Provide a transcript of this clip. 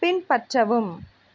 பின்பற்றவும்